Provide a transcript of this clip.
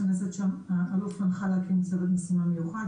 שיננו את כל ממשק המשתמש,